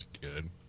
good